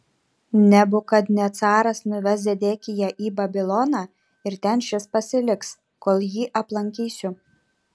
nebukadnecaras nuves zedekiją į babiloną ir ten šis pasiliks kol jį aplankysiu